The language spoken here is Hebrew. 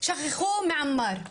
שכחו מעמאר.